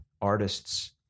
artists